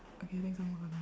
okay I think someone coming